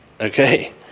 okay